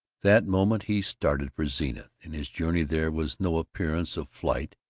that moment he started for zenith. in his journey there was no appearance of flight,